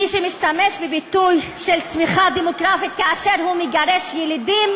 מי שמשתמש בביטוי צמיחה דמוגרפית כאשר הוא מגרש ילידים,